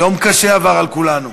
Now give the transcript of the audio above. יום קשה עבר על כולנו.